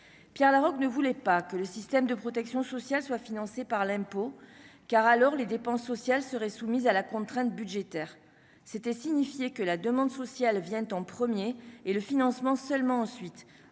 Pierre Laroque, ne voulait pas que le système de protection sociale soit financée par l'impôt, car alors les dépenses sociales seraient soumis à la contrainte budgétaire, c'était signifier que la demande sociale vient en 1er et le financement seulement ensuite